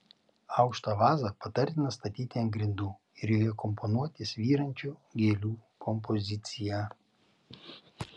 aukštą vazą patartina statyti ant grindų ir joje komponuoti svyrančių gėlių kompoziciją